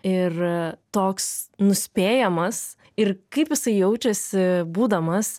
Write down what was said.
ir toks nuspėjamas ir kaip jisai jaučiasi būdamas